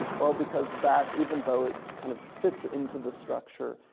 well, because that, even though it kind of fits into the structure,